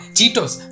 Cheetos